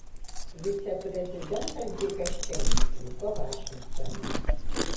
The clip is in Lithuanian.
viceprezidentas dikas čeinis liko vašingtone